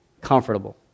comfortable